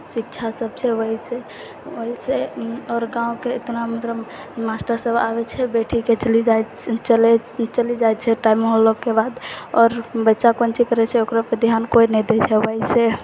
शिक्षा सब छै ओहिसँ आओर गाँवके एतना मतलब मास्टरसब आबै छै बैठिके चलि जाइ छै टाइम होलाके बाद आओर बच्चा अपन चिकरै छै ओकरापर धिआन कोइ नहि दै छै ओहिसँ